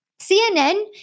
CNN